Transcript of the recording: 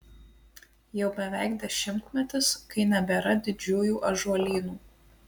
jau beveik dešimtmetis kai nebėra didžiųjų ąžuolynų